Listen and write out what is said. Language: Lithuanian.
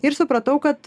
ir supratau kad